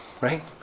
right